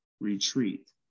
retreat